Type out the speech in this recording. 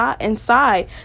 inside